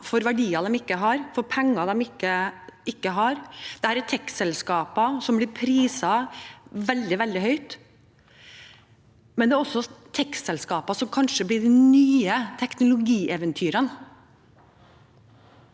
for verdier de ikke har, og for penger de ikke har. Det er tek-selskaper som blir priset veldig høyt, men det er også tek-selskaper som kanskje blir de nye teknologieventyrene